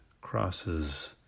crosses